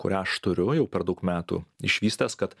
kurią aš turiu jau per daug metų išvystęs kad